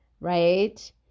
Right